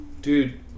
Dude